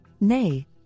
nay